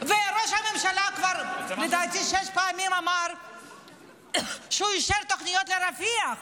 וראש הממשלה כבר שש פעמים לדעתי אמר שהוא אישר תוכניות לרפיח.